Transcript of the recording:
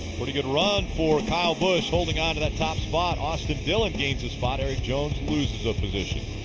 pretty good run for kyle busch holding on to that top spot. austin dillon gains a spot. erik jones loses a position,